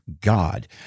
God